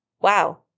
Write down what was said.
wow